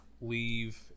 leave